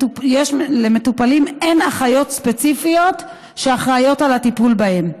למטופלים אין אחיות ספציפיות שאחראיות לטיפול בהם.